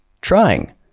trying